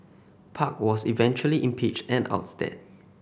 park was eventually impeached and ousted